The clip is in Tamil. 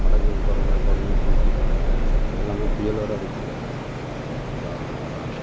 வடக்கிழக்கு பருவமழை தொடங்கிடிச்சின்னு சொல்கிறாங்க அது இல்லாமல் புயல் வேற அறிவிச்சிருக்காங்க பரவாயில்ல பரவாயில்ல